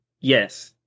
yes